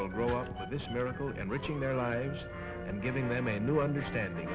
will grow up with this miracle and enriching their lives and giving them a new understanding